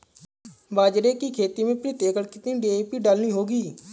बाजरे की खेती में प्रति एकड़ कितनी डी.ए.पी डालनी होगी?